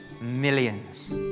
millions